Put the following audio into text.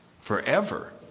forever